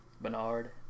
Bernard